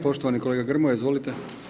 Poštovani kolega Grmoja, izvolite.